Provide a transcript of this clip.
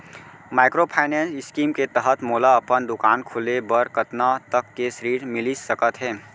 Microfinance scheme के तहत मोला अपन दुकान खोले बर कतना तक के ऋण मिलिस सकत हे?